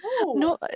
No